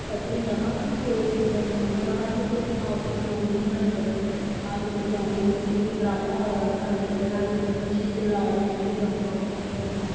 के्ह होंदा कि ओह् सिंगनल आंदा हा ते फिह अ आपविती ओंदी ही नआडे उपर आपविती ओनी फिह् इक ड्रामा और औंदा हा नुआडे उपर हरी मिर्ची ते लाल मिर्ची ड्रामा दा हा ओह् दिक्खना